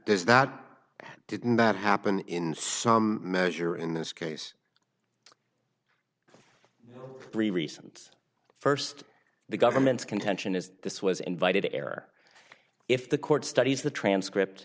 there's that didn't that happen in some measure in this case three reasons first the government's contention is this was invited to air if the court studies the transcript